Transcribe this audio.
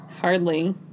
hardly